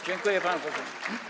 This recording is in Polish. Dziękuję panu posłowi.